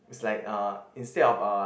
it's like uh instead of uh